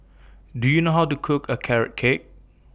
Do YOU know How to Cook A Carrot Cake